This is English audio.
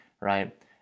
right